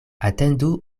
atendu